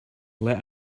let